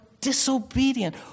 disobedient